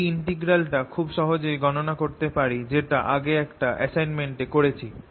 এই ইনটিগ্রালটা খুব সহজেই গণনা করতে পারি যেটা আগে একটা এসাইনমেন্ট এ করেছি